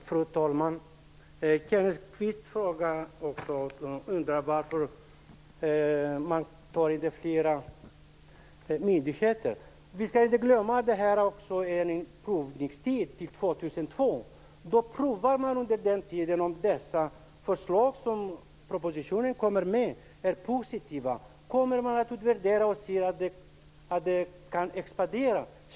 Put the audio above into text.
Fru talman! Kenneth Kvist undrar varför man inte tar in fler myndigheter. Vi skall inte glömma att det här är en prövotid fram till 2002. Under den tiden prövar man om de förslag som propositionen kommer med är positiva. Man kommer att utvärdera och se om det kan expandera.